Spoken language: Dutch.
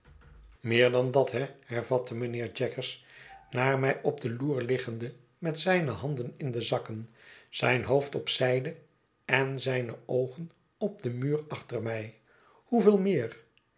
meer dan dat he hervatte mijnheer jaggers naar mij op de loer liggende met zijne handen in de zakken zijn hoofd op zijde en zijne oogen op den muur achter mij hoeveel meer